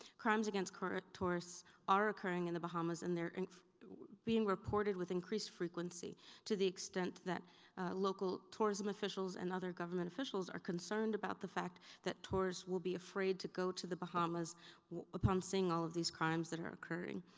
crimes against tourists are occurring in the bahamas and they're being reported with increased frequency to the extent that local tourism officials and other government officials are concerned about the fact that tourists will be afraid to go to the bahamas upon seeing all of these crimes that are occurring.